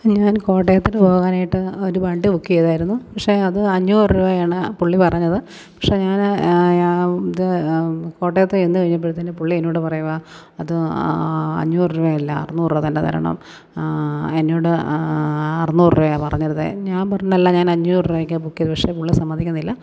ഞാൻ കോട്ടയത്തോട്ട് പോകാനായിട്ട് ഒരു വണ്ടി ബുക്ക് ചെയ്തിരുന്നു പക്ഷേ അത് അഞ്ഞൂറ് രൂപയാണ് പുള്ളി പറഞ്ഞത് പക്ഷെ ഞാൻ ഇത് കോട്ടയത്ത് ചെന്ന് കഴിഞ്ഞപ്പോഴത്തേക്കും പുള്ളി എന്നോട് പറയുകയാണ് അത് അഞ്ഞൂറ് രൂപയല്ല അറുന്നൂറ് രൂപ തന്നെ തരണം എന്നോട് അറുന്നൂറ് രൂപയാണ് പറഞ്ഞിരുന്നത് ഞാന് പറഞ്ഞു അല്ല ഞാന് അഞ്ഞൂറ് രൂപയ്ക്കാണ് ബുക്ക് ചെയ്തത് പക്ഷെ പുള്ളി സമ്മതിക്കുന്നില്ല